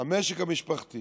המשק המשפחתי